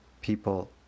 people